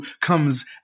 comes